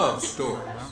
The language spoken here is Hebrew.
תעלו את הסרטונים.